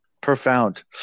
Profound